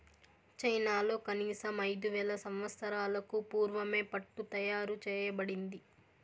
చైనాలో కనీసం ఐదు వేల సంవత్సరాలకు పూర్వమే పట్టు తయారు చేయబడింది